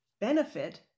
benefit